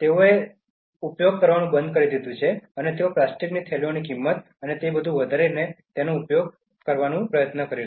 જેઓએ પ્લાસ્ટિક ઉપયોગ કરવાનું બંધ કરી દીધું છે અથવા તેઓ પ્લાસ્ટિકની થેલીઓની કિંમત અને તે બધું વધારીને તેનો ઉપયોગ અટકાવી રહ્યા છે